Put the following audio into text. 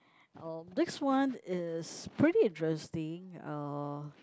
um next one is pretty interesting uh